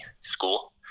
school